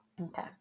Okay